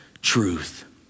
truth